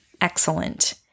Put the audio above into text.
excellent